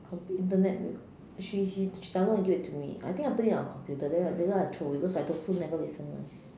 compu~ internet mu~ she she she download it and give it to me I think I put it on the computer then then I throw it away cause I don't also never listen [one]